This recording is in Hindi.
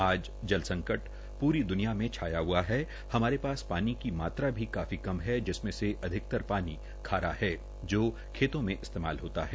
आज जल संकट प्री द्रनिया में छाया हआ है हमारे पास पानी की मात्रा भी काफी कम है जिसमे से अधिकतर पानी खारा है जो खेतो में इस्तेमाल होता है